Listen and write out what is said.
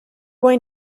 going